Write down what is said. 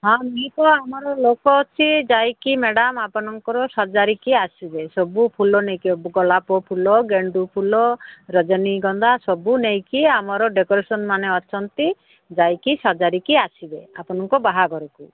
ହଁ ଦୁଇ ପୁଅ ଆମର ଲୋକ ଅଛି ଯାଇକି ମ୍ୟାଡ଼ାମ୍ ଆପଣଙ୍କର ସଜାଡ଼ିକି ଆସିବେ ସବୁ ଫୁଲ ନେଇକି ଗୋଲାପ ଫୁଲ ଗେଣ୍ଡୁ ଫୁଲ ରଜନୀଗନ୍ଧା ସବୁ ନେଇକି ଆମର ଡେକୋରେସନ୍ ମାନେ ଅଛନ୍ତି ଯାଇକି ସଜାଡ଼ିକି ଆସିବେ ଆପଣଙ୍କ ବାହାଘରକୁ